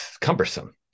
cumbersome